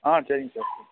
ஆ சரிங்க சார்